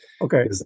okay